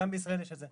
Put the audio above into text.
גם בישראל יש את זה,